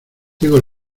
tengo